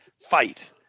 fight